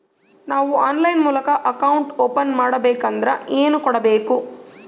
ನಾವು ಆನ್ಲೈನ್ ಮೂಲಕ account open ಮಾಡಬೇಂಕದ್ರ ಏನು ಕೊಡಬೇಕು?